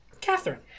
Catherine